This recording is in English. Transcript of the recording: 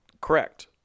Correct